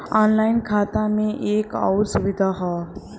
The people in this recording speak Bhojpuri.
ऑनलाइन खाता में एक आउर सुविधा हौ